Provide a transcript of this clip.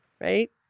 Right